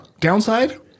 Downside